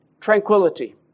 tranquility